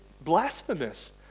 blasphemous